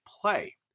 play